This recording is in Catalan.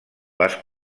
les